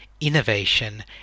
innovation